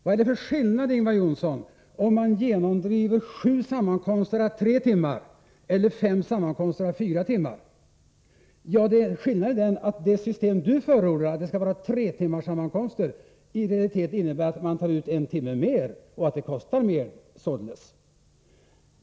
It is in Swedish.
Vad är det för skillnad, Ingvar Johnsson, mellan att genomföra 7 sammankomster å 3 timmar och att genomföra 5 sammankomster om 4 timmar? Skillnaden är den att det av Ingvar Johnsson förordade systemet med 3-timmarssammankomster i realiteten innebär att man tar ut en timme mer, vilket kostar mer.